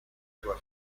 sua